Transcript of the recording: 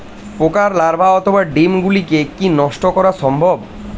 পোকার লার্ভা অথবা ডিম গুলিকে কী নষ্ট করা সম্ভব?